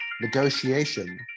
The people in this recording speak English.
negotiation